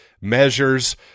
measures